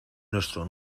nuestro